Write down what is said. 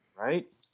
right